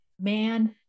man